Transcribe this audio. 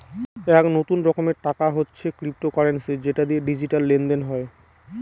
এক নতুন রকমের টাকা হচ্ছে ক্রিপ্টোকারেন্সি যেটা দিয়ে ডিজিটাল লেনদেন হয়